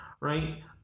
right